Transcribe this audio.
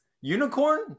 unicorn